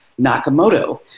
Nakamoto